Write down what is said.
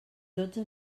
dotze